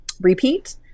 repeat